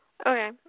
Okay